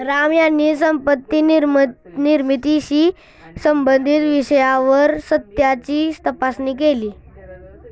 राम यांनी संपत्ती निर्मितीशी संबंधित विषयावर सत्याची तपासणी केली